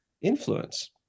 influence